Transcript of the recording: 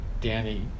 Danny